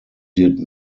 did